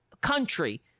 country